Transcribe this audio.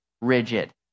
rigid